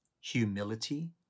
humility